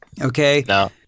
Okay